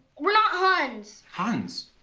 we're not huns! huns?